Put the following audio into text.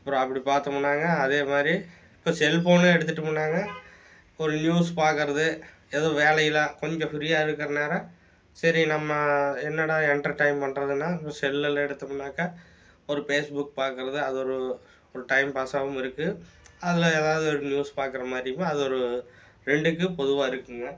அப்புறம் அப்படி பாத்தோமுன்னாங்க அதேமாதிரி இப்போ செல்ஃபோனை எடுத்துட்டோமுன்னாங்க ஒரு நியூஸ் பாக்கிறது ஏதோ வேலையெல்லா கொஞ்சம் ஃப்ரீயாக இருக்கிற நேரம் சரி நம்ம என்னடா என்டர்டைம் பண்ணுறதுன்னா இந்த செல்லெல்லாம் எடுத்தோமுன்னாக்கா ஒரு பேஸ்புக் பாக்கிறது அது ஒரு ஒரு டைம்பாஸாகவும் இருக்கு அதில் ஏதாவது நியூஸ் பாக்கிற மாதிரி இருக்கும் அது ஒரு ரெண்டுக்கும் பொதுவாக இருக்குங்க